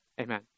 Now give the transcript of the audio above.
Amen